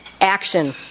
Action